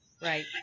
Right